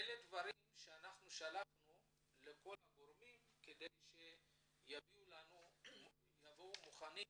אלה שאלות ששלחנו לגורמים כדי שיבואו מוכנים